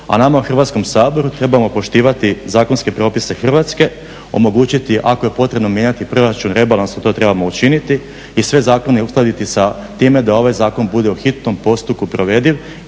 A nama u Hrvatskom saboru trebamo poštivati zakonske propise Hrvatske, omogućiti ako je potrebno mijenjati proračun, rebalans to trebamo učiniti i sve zakone uskladiti sa time da ovaj zakon bude u hitnom postupku provediv